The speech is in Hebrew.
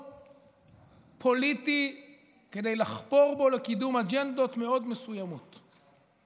פוליטי כדי לחפור בו לקידום אג'נדות מסוימות מאוד.